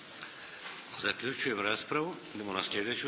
Zaključujem raspravu.